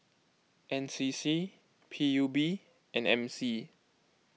N C C P U B and M C